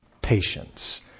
patience